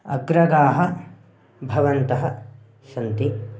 अग्रगाः भवन्तः सन्ति